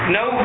no